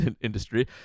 industry